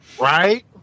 Right